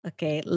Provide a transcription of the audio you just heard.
Okay